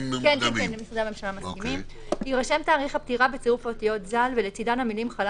הפטירה בצירוף האותיות "ז"ל" ולצידן המילים "חלל